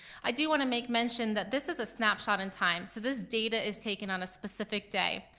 i do wanna make mention that this is a snapshot in time, so this data is taken on a specific day.